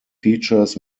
features